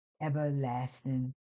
everlasting